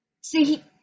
See